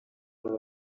abo